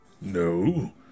No